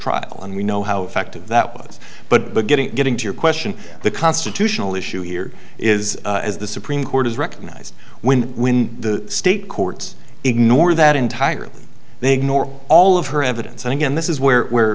trial and we know how effective that was but the getting it getting to your question the constitutional issue here is as the supreme court has recognized when when the state courts ignore that entire they ignore all of her evidence and again this is where